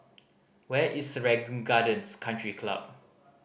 where is Serangoon Gardens Country Club